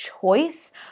choice